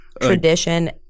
Tradition